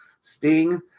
Sting